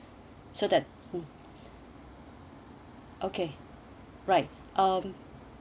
so that okay right um